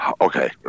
okay